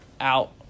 out